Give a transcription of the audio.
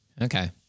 Okay